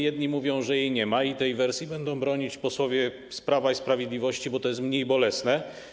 Jedni mówią, że jej nie ma, i tej wersji będą bronić posłowie z Prawa i Sprawiedliwości, bo to jest mniej bolesne.